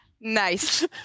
Nice